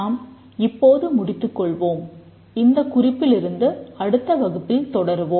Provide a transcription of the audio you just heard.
நாம் இப்போது முடித்துக் கொள்வோம் இந்தக் குறிப்பில் இருந்து அடுத்த வகுப்பில் தொடர்வோம்